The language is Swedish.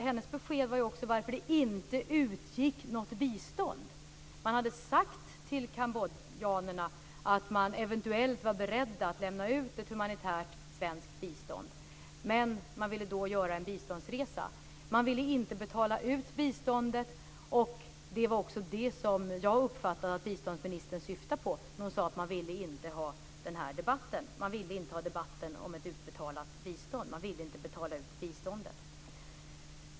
Hennes besked var också varför det inte utgick något bistånd. Man hade sagt till kambodjanerna att man eventuellt var beredd att lämna humanitärt svensk bistånd. Men man ville göra en biståndsresa. Man ville inte betala ut biståndet, och det var också det som jag uppfattade att biståndsministern syftade på när hon sade att man inte ville ha debatten om ett utbetalat bistånd. Man ville inte betala ut biståndet.